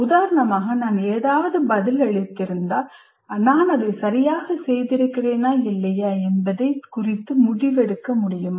உதாரணமாக நான் ஏதாவது பதிலளித்திருந்தால் நான் அதைச் சரியாகச் செய்திருக்கிறேனா இல்லையா என்பதைத் குறித்து முடிவெடுக்க முடியுமா